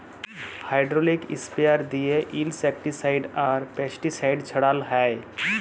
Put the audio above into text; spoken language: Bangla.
হাইড্রলিক ইস্প্রেয়ার দিঁয়ে ইলসেক্টিসাইড আর পেস্টিসাইড ছড়াল হ্যয়